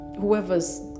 whoever's